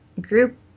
group